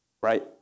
right